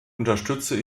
unterstütze